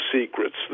secrets